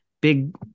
big